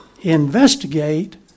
investigate